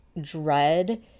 dread